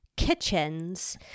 Kitchens